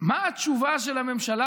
מה התשובה של הממשלה,